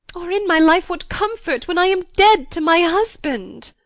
or in my life what comfort, when i am dead to my husband?